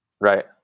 Right